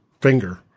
finger